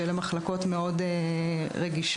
ואלה מחלקות מאוד רגישות.